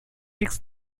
weeks